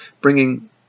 bringing